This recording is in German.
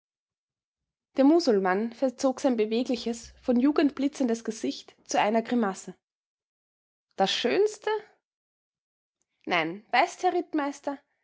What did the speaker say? der musulmann verzog sein bewegliches von jugend blitzendes gesicht zu einer grimasse das schönste nein weißt herr rittmeister